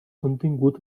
contingut